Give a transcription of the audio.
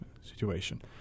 situation